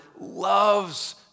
loves